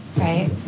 right